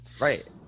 right